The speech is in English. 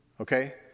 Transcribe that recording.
okay